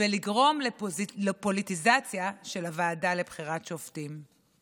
ולגרום לפוליטיזציה של הוועדה לבחירת שופטים.